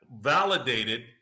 validated